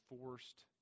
forced